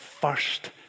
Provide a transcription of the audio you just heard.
first